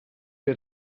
wir